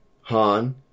Han